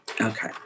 Okay